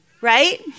right